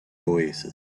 oasis